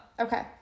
okay